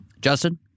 Justin